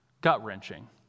gut-wrenching